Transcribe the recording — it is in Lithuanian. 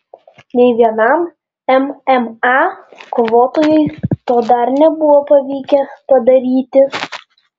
nei vienam mma kovotojui to dar nebuvo pavykę padaryti